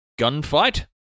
gunfight